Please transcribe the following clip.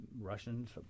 Russians